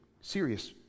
serious